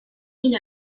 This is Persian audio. این